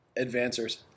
advancers